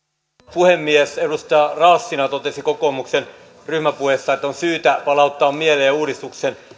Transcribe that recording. puhemies edustaja raassina totesi kokoomuksen ryhmäpuheessa että on syytä palauttaa mieleen uudistuksen